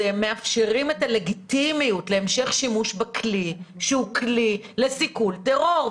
מאפשרים את הלגיטימיות להמשך שימוש בכלי שהוא כלי לסיכול טרור.